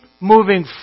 moving